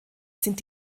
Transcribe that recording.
sind